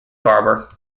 barber